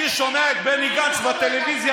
אני שומע את בני גנץ בטלוויזיה.